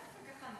לא יפה ככה.